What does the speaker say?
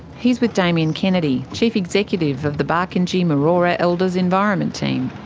he's with dameion kennedy, chief executive of the barkindji maraura elders environment team.